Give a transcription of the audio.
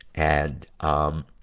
and, um,